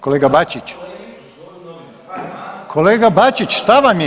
Kolega Bačić, kolega Bačić, šta vam je?